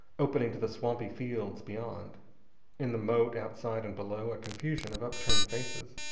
opening to the swampy fields beyond in the moat, outside and below, a confusion of upturned faces,